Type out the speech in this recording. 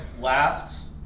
last